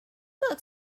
book